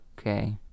Okay